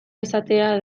izatea